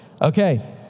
Okay